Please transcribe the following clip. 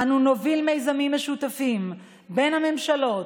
אנו נוביל מיזמים משותפים בין הממשלות,